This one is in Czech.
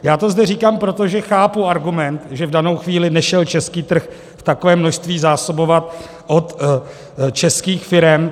Já to zde říkám proto, že chápu argument, že v danou chvíli nešlo český trh v takovém množství zásobovat od českých firem.